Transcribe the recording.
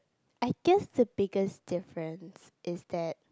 I guess the biggest difference is that